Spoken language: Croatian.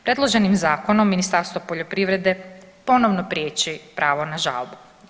Predloženim zakonom Ministarstvo poljoprivrede ponovno priječi pravo na žalbu.